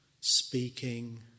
speaking